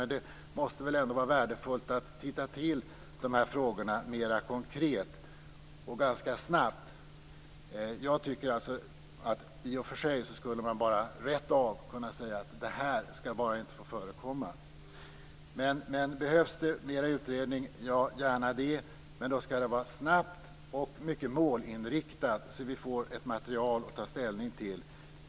Men det måste väl ändå vara värdefullt att se över de här frågorna mer konkret, och ganska snabbt. I och för sig tycker jag att man bara rätt av skulle kunna säga: Det här skall bara inte få förekomma. Men behövs det mer utredning, så gärna det. Men då skall det ske snabbt och mycket målinriktat så att vi får ett material att ta ställning till.